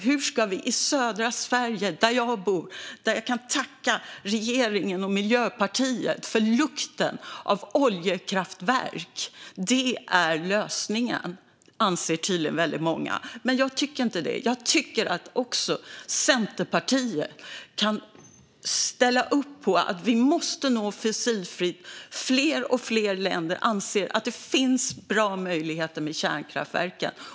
Jag bor i södra Sverige och kan tacka regeringen och Miljöpartiet för lukten av oljekraftverk. Det är lösningen, anser tydligen väldigt många. Men jag tycker inte det. Jag tycker att också Centerpartiet ska kunna ställa upp på att vi måste nå en fossilfri energiförsörjning. Fler och fler länder anser att det finns bra möjligheter med kärnkraftverken.